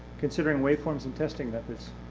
considering waveforms and testing methods?